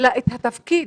אלא את התפקיד